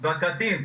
והקטין,